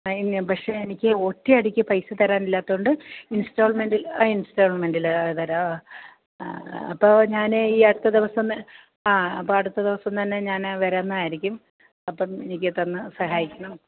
അതിനു പക്ഷെ എനിക്ക് ഒറ്റയടിക്കു പൈസ തരാനില്ലാത്തതുകൊണ്ട് ഇൻസ്റ്റാൾമെന്റ് ഇൻസ്റ്റാൾമെന്റിലതു തരാമോ അപ്പോള് ഞാന് ഈയടുത്ത ദിവസം ആ അപ്പോള് അടുത്ത ദിവസം തന്നെ ഞാന് വരുന്നതായിരിക്കും അപ്പോള് എനിക്കു തന്നു സഹായിക്കണം